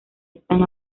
están